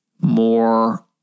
more